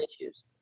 issues